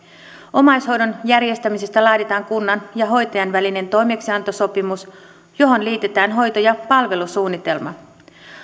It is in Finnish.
omaishoidon järjestämisestä laaditaan kunnan ja hoitajan välinen toimeksiantosopimus johon liitetään hoito ja palvelusuunnitelma